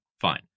fine